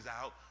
out